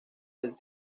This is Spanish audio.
del